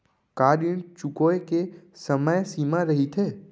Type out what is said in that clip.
का ऋण चुकोय के समय सीमा रहिथे?